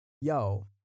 yo